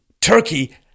Turkey